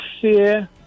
fear